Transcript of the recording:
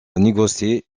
négocier